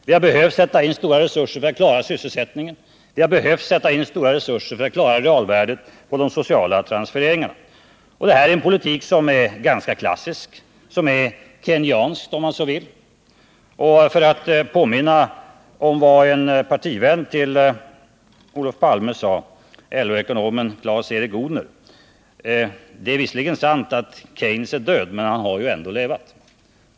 Vi har behövt sätta in stora resurser för att klara sysselsättningen och den sociala tryggheten. Det är ganska klassiskt, Keynesk politik, om man så vill. Och för att påminna om vad en partivän till Olof Palme sade — LO-ekonomen Clas-Erik Odhner: Det är visserligen sant att Keynes är död, men han har ju ändå levat.